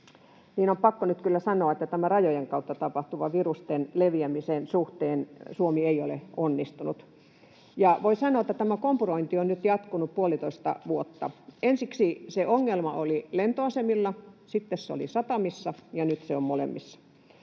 nyt kyllä sanoa, että tämän rajojen kautta tapahtuvan virusten leviämisen suhteen Suomi ei ole onnistunut, ja voi sanoa, että tämä kompurointi on nyt jatkunut puolitoista vuotta. Ensiksi se ongelma oli lentoasemilla, sitten se oli satamissa, ja nyt se on molemmissa.